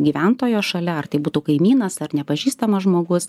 gyventojo šalia ar tai būtų kaimynas ar nepažįstamas žmogus